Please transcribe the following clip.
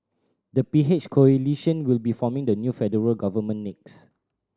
the P H coalition will be forming the new federal government next